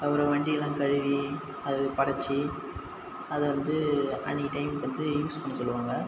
அப்புறம் வண்டிலாம் கழுவி அதுக்கு படச்சு அதை வந்து அன்றைக்கி டைம் வந்து யூஸ் பண்ண சொல்லுவாங்க